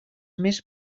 més